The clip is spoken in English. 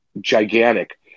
gigantic